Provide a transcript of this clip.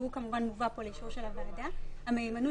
שהוא כמובן מובא פה לאישור של הוועדה המהימנות